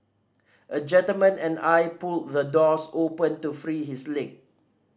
a gentleman and I pulled the doors open to free his leg